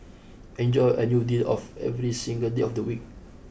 enjoy a new deal of every single day of the week